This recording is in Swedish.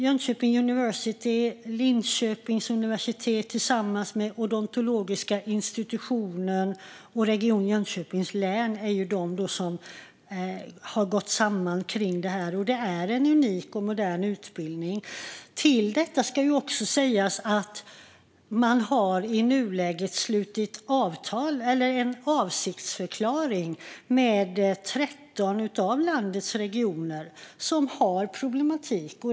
Jönköping University och Linköpings universitet tillsammans med Odontologiska Institutionen i Jönköping och Region Jönköpings län är de som har gått samman kring detta. Det är en unik och modern utbildning. Till detta ska också sägas att man i nuläget har slutit en avsiktsförklaring med 13 av landets regioner som har problem.